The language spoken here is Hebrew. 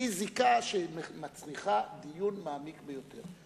היא זיקה שמצריכה דיון מעמיק ביותר.